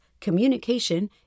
communication